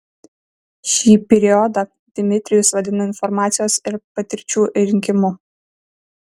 šį periodą dmitrijus vadina informacijos ir patirčių rinkimu